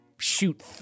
shoot